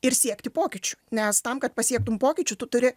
ir siekti pokyčių nes tam kad pasiektum pokyčių tu turi